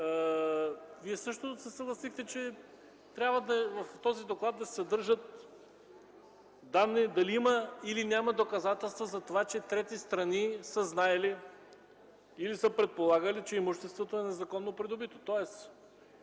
Вие също се съгласихте, че в този доклад трябва да се съдържат данни има или няма доказателства, че трети страни са знаели или са предполагали, че имуществото е незаконно придобито.